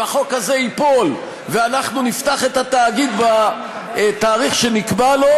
אם החוק הזה ייפול ואנחנו נפתח את התאגיד בתאריך שנקבע לו,